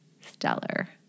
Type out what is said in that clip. Stellar